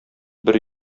бер